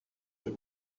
that